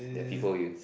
the people use